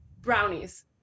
brownies